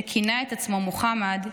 שכינה את עצמו מוחמד,